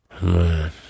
Man